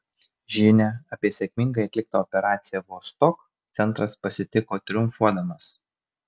žinią apie sėkmingai atliktą operaciją vostok centras pasitiko triumfuodamas